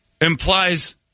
implies